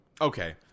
Okay